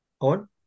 on